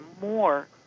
more